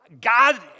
God